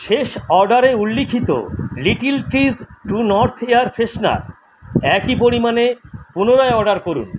শেষ অর্ডারে উল্লিখিত Little Trees True North air freshener একই পরিমাণে পুনরায় অর্ডার করুন